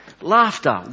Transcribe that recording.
Laughter